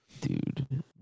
Dude